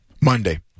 Monday